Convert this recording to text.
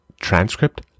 transcript